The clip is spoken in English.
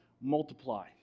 multiply